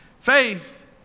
Faith